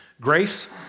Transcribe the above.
GRACE